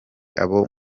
abo